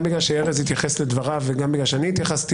גם בגלל שארז התייחס לדבריו וגם בגלל שאני התייחסתי